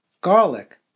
garlic